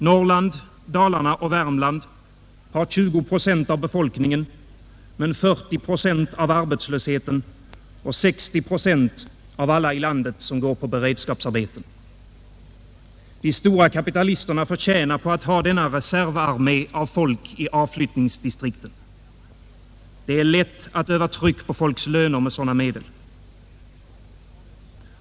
Norrland, Dalarna och Värmland har 20 procent av befolkningen men 40 procent av arbetslösheten och 60 procent av alla i landet som går på beredskapsarbeten. De stora kapitalisterna förtjänar på att ha denna reservarmé av folk i avflyttningsdistrikten. Det är lätt att öva tryck på folks löner med sådana medel.